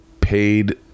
paid